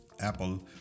apple